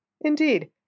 Indeed